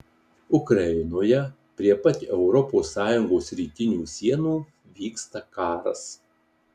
ukrainoje prie pat europos sąjungos rytinių sienų vyksta karas